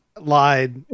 lied